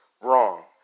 wrong